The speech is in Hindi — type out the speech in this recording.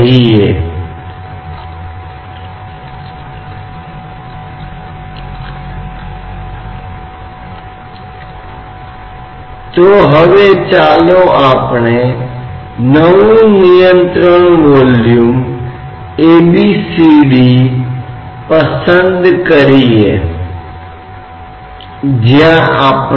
इसलिए किसी भी दबाव को वायुमंडलीय दबाव के संदर्भ में व्यक्त किया जाता है जो दबाव को व्यक्त करने का एक सापेक्ष तरीका है ऐसा नहीं है कि हमेशा आपको वायुमंडलीय दबाव को सापेक्ष व्यक्त करना होगा लेकिन एक दिए गए तापमान के तहत वायुमंडलीय दबाव एक प्रसिद्ध मानक है